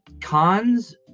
cons